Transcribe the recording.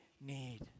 need